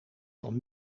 van